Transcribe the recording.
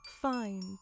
find